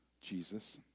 Jesus